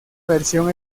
versión